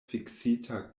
fiksita